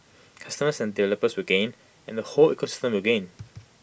consumers and developers will gain and the whole ecosystem will gain